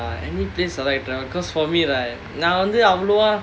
me ah any place I like lah because for me right நான் வந்து அவ்ளோவா:naan vandhu avlovaa